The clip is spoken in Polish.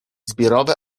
zbiorowe